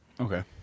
Okay